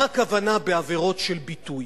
מה הכוונה בעבירות של ביטוי?